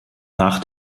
nach